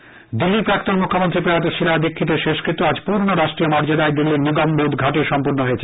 শিলা দীক্ষিত দিল্লীর প্রাক্তন মুখ্যমন্ত্রী প্রয়াত শিলা দীক্ষিতের শেষকৃত্য আজ পূর্ণ রাষ্ট্রীয় মর্যাদায় দিল্লীর নিগমবোধ ঘাটে সম্পন্ন হয়েছে